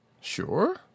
Sure